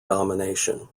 domination